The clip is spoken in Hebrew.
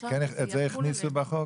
את זה הכניסו בחוק?